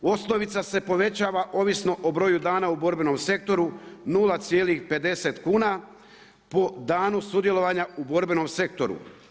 Osnovica se povećava ovisno o broju dana u borbenom sektoru 0,50 kuna po danu sudjelovanja u borbenom sektoru.